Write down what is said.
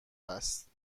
است